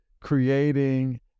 creating